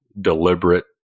deliberate